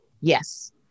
Yes